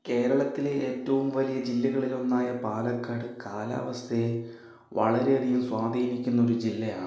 കേരളത്തിലെ ഏറ്റവും വലിയ ജില്ലകളിലൊന്നായ പാലക്കാട് കാലാവസ്ഥയെ വളരെയധികം സ്വാധീനിക്കുന്നൊരു ജില്ലയാണ്